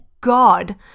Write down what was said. God